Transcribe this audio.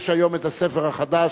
יש היום ספר חדש,